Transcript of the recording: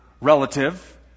relative